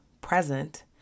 present